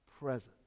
presence